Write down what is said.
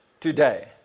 Today